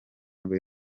nibwo